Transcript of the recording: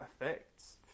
effects